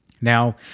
Now